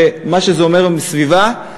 ומה שזה אומר מסביבה,